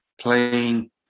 playing